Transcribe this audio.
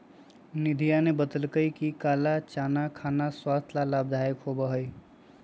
निधिया ने बतल कई कि काला चना खाना स्वास्थ्य ला लाभदायक होबा हई